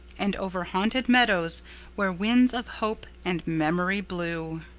and over haunted meadows where winds of hope and memory blew.